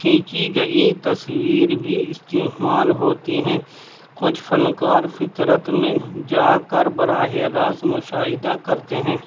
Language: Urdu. کھینچی گئی تصویر بھی استعمال ہوتی ہیں کچھ فنکار فطرت میں جا کر براہِ راست مشاہدہ کرتے ہیں